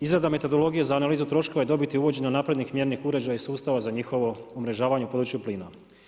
Izrada metodologije za analizu troškova i dobiti uvođenje naprednih mjernih uređaja i sustava za njihovo umrežavanja u području plina.